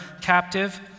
captive